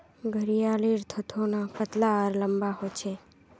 घड़ियालेर थथोना पतला आर लंबा ह छे